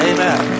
Amen